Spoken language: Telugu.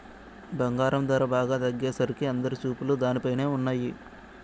బంగారం ధర బాగా తగ్గేసరికి అందరి చూపులు దానిపైనే ఉన్నయ్యి